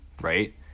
right